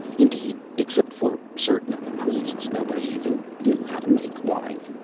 indeed, except for certain of the priests, nobody even knew how to make wine.